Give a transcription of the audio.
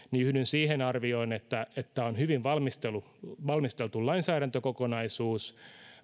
yhdyn siihen arvioon että tämä on hyvin valmisteltu lainsäädäntökokonaisuus